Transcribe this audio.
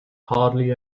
hardly